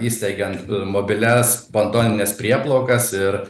įsteigiant mobilias pantonines prieplaukas ir